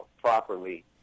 properly